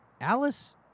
Alice